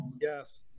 Yes